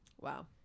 Wow